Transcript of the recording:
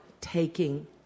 taking